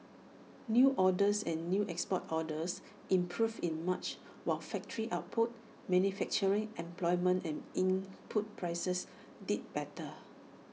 new orders and new export orders improved in March while factory output manufacturing employment and input prices did better